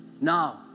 now